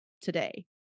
today